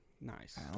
Nice